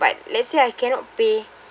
but let's say I cannot pay